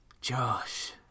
Josh